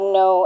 no